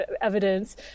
evidence